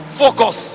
focus